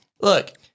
Look